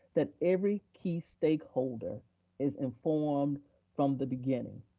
that every key stakeholder is informed from the beginning,